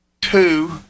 two